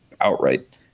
outright